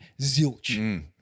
zilch